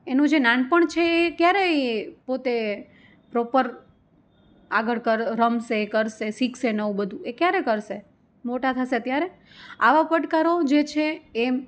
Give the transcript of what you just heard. એનું જે નાનપણ છે એ ક્યારે એ પોતે પ્રોપર આગળ રમશે કરશે શિખશે નવું બધું એ ક્યારે કરશે મોટા થશે ત્યારે આવા પડકારો જે છે એમ